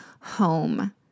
home